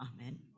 Amen